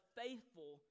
faithful